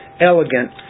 elegant